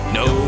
no